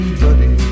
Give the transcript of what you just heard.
buddy